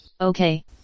Okay